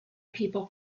people